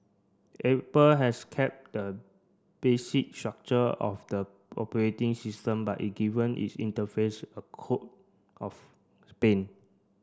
Apple has kept the basic structure of the operating system but it given its interface a coat of paint